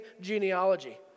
genealogy